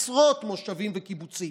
עשרות מושבים וקיבוצים,